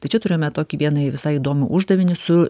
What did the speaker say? tai čia turėjome tokį vieną visai įdomų uždavinį su